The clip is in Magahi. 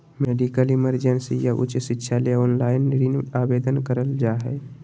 मेडिकल इमरजेंसी या उच्च शिक्षा ले ऑनलाइन ऋण आवेदन करल जा हय